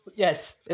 Yes